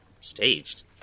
Staged